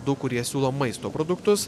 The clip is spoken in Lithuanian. du kurie siūlo maisto produktus